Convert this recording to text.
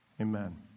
Amen